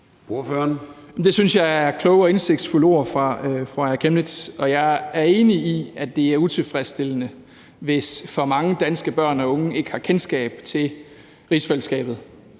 Det synes jeg er kloge og indsigtsfulde ord fra fru Aaja Chemnitz, og jeg er enig i, at det er utilfredsstillende, hvis for mange danske børn og unge ikke har kendskab til rigsfællesskabet,